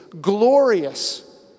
glorious